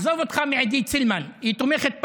עזוב אותך מעידית סילמן, היא תומכת בפינוי.